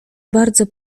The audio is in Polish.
bardzo